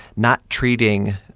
not treating,